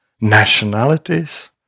nationalities